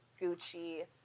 Gucci